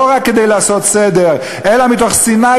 לא רק כדי לעשות סדר אלא מתוך שנאה